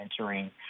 mentoring